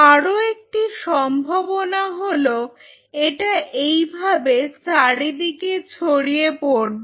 আরও একটি সম্ভাবনা হল এটা এইভাবে চারিদিকে ছড়িয়ে পড়বে